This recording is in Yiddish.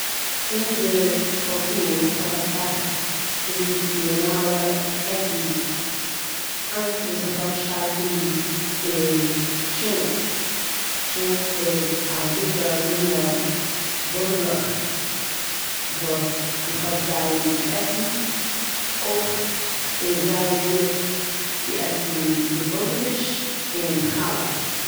אונזער קולטור האט אסאך טראדיציענאלע עסן. איינס וואס כ'האב שטארק ליב איז טשולנט. טשולנט איז א גוטע מינע בונדלעך וואס איך האב זייער ליב צו עסן. אויך איז זייער גוט צו עסן געפילטע פיש און חלה.